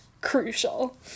crucial